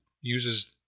uses